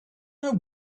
know